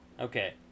okay